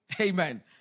Amen